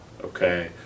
okay